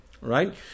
Right